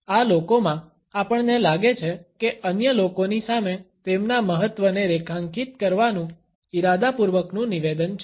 આ લોકોમાં આપણને લાગે છે કે અન્ય લોકોની સામે તેમના મહત્વને રેખાંકિત કરવાનું ઇરાદાપૂર્વકનું નિવેદન છે